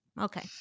Okay